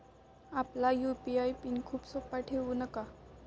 आपला UPI PIN खूप सोपा ठेवू नका